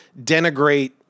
denigrate